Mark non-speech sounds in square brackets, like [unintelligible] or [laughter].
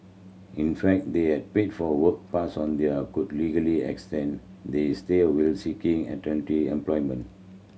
in fact they had paid for a work pass on they are could legally extend their stay [unintelligible] while seeking alternative employment